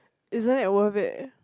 isn't it worth it